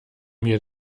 mir